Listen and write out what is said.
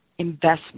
investment